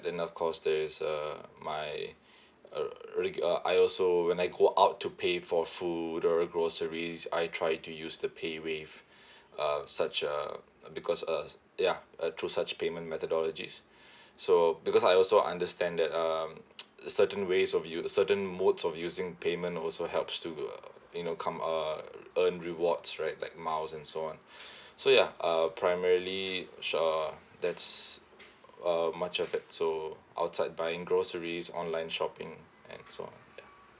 then of course there is uh my uh I also when I go out to pay for food or groceries I try to use the pay wave uh such a because uh ya uh through such payment methodologies so because I also understand that um certain ways of use certain modes of using payment also helps to you know come uh earn rewards right like miles and so on so ya uh primarily uh that's uh much of it so outside buying groceries online shopping and so on